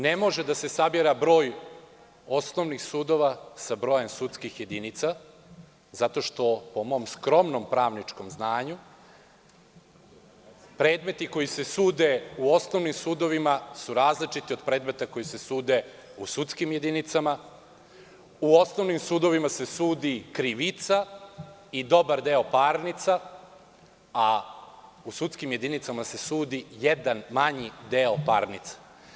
Ne može da se sabira broj osnovnih sudova sa brojem sudskih jedinica, zato što, po mom skromnom pravničkom znanju, predmeti koji se sude u osnovnim sudovima su različiti od predmeta koji se sude u sudskim jedinicama, u osnovnim sudovima se sudi krivica i dobar deo parnica, a u sudskim jedinicama se sudi jedan manji deo parnica.